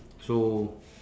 so